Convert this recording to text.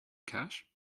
cash